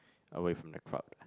away from the crowd